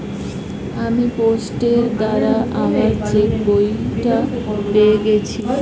আমি পোস্টের দ্বারা আমার চেকবইটা পেয়ে গেছি